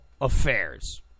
affairs